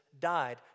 died